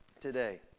today